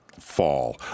Fall